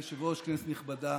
אדוני היושב-ראש, כנסת נכבדה,